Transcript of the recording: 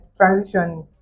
transition